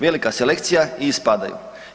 Velika selekcija i ispadaju.